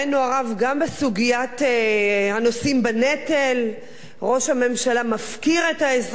גם בסוגיית הנושאים בנטל ראש הממשלה מפקיר את האזרחים,